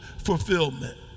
fulfillment